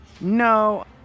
No